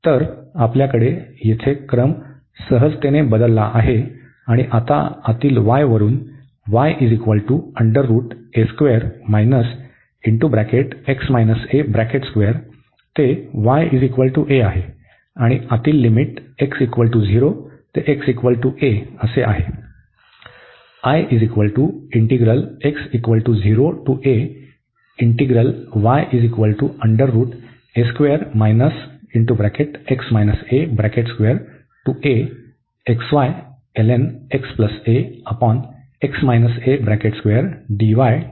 तर आपल्याकडे येथे क्रम सहजतेने बदलला आहे आणि आता आतील y वरून ते ya आहे आणि आतील लिमिट x0 ते xa आहे